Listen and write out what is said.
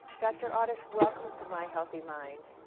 dr. awdish, welcome to mi healthy mind.